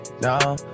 No